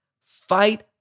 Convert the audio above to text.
fight